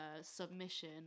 submission